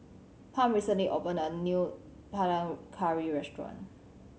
Pam recently opened a new Panang Curry restaurant